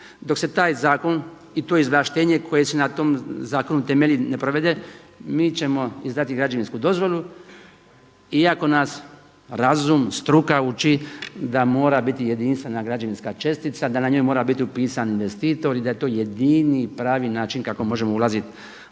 dok se taj zakon i to izvlaštenje koje se na tom zakonu ne provede mi ćemo izdati građevinsku dozvolu iako nas razum, struka uči da mora biti jedinstvena građevinska čestica, da na njoj mora biti upisa investitor i da je to jedini pravi način kako možemo ulaziti